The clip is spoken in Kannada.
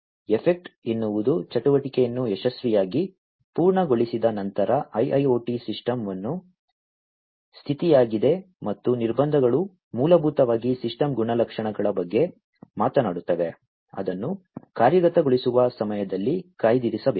ಎಫೆಕ್ಟ್ ಎನ್ನುವುದು ಚಟುವಟಿಕೆಯನ್ನು ಯಶಸ್ವಿಯಾಗಿ ಪೂರ್ಣಗೊಳಿಸಿದ ನಂತರ IIoT ಸಿಸ್ಟಮ್ನ ಸ್ಥಿತಿಯಾಗಿದೆ ಮತ್ತು ನಿರ್ಬಂಧಗಳು ಮೂಲಭೂತವಾಗಿ ಸಿಸ್ಟಮ್ ಗುಣಲಕ್ಷಣಗಳ ಬಗ್ಗೆ ಮಾತನಾಡುತ್ತವೆ ಅದನ್ನು ಕಾರ್ಯಗತಗೊಳಿಸುವ ಸಮಯದಲ್ಲಿ ಕಾಯ್ದಿರಿಸಬೇಕು